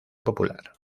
popular